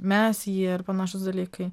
mes jie ir panašūs dalykai